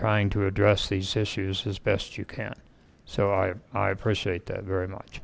trying to address these issues as best you can so i appreciate that very much